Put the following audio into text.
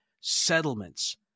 settlements